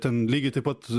ten lygiai taip pat